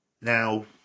Now